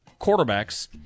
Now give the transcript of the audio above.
quarterbacks